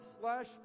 slash